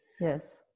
Yes